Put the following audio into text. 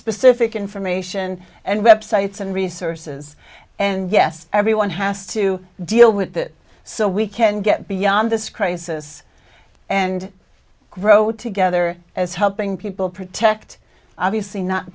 specific information and websites and resources and yes everyone has to deal with that so we can get beyond this crisis and grow together as helping people protect obviously not